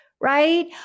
right